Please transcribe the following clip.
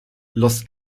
los